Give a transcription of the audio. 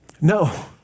No